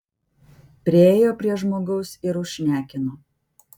priėjo prie žmogaus ir užšnekino